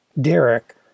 Derek